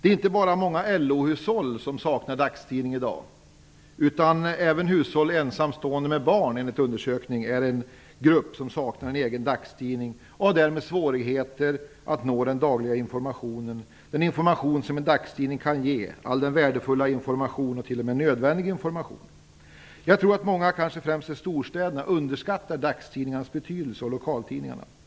Det är inte bara många LO-hushåll som saknar dagstidning i dag utan även ensamstående med barn är en grupp som enligt undersökningen saknar en egen dagstidning och som därmed har svårigheter att nå den dagliga informationen - all den värdefulla och t.o.m. nödvändiga information som en dagstidning kan ge. Jag tror att många kanske främst i storstäderna underskattar dagstidningarnas och lokaltidningarnas betydelse.